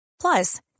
Plus